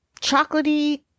chocolatey